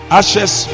Ashes